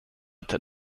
till